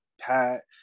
Pat